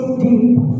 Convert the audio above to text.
deep